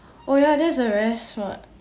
oh ya that's a very smart